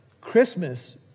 Christmas